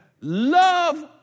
Love